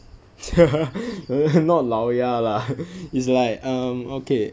not 老牙 lah is like um okay